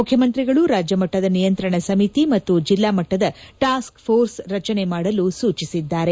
ಮುಖ್ಯಮಂತ್ರಿಗಳು ರಾಜ್ಯ ಮಟ್ಟದ ನಿಯಂತ್ರಣ ಸಮಿತಿ ಮತ್ತು ಜಿಲ್ಲಾ ಮಟ್ಟದ ಟಾಸ್ಕೆ ಪೋರ್ಸ್ ರಚನೆಮಾಡಲು ಸೂಚಿಸಿದ್ದಾರೆ